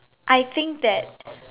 I think that